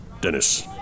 Dennis